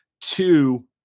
Two